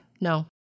no